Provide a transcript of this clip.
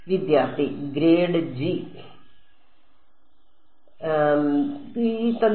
വിദ്യാർത്ഥി grade G